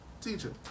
teacher